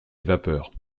vapeurs